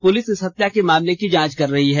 police इस हत्या के मामले की जांच कर रही है